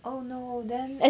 oh no then